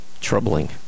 Troubling